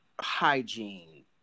hygiene